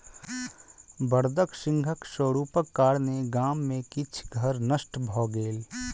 बड़दक हिंसक स्वरूपक कारणेँ गाम में किछ घर नष्ट भ गेल